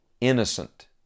innocent